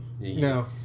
No